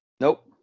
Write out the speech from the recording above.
Nope